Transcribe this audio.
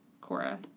Cora